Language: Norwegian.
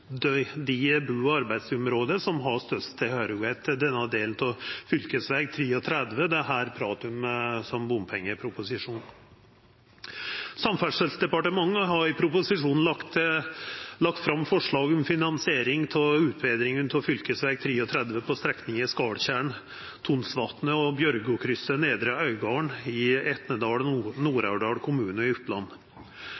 er dei bu- og arbeidsområda som har størst tilhøyrsle til desse delane av fv. 33, som det er prat om i denne bompengeproposisjonen. Samferdselsdepartementet har i proposisjonen lagt fram forslag om finansiering av utbetring av fv. 33 på strekningane Skardtjernet–Tonsvatnet og Bjørgokrysset–Nedre Øydgarden i kommunane Etnedal